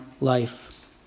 life